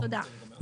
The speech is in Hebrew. תודה.